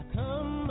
come